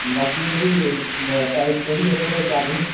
बाकी एह्दी टाईप केह्डी ऐ सर चार्जिंग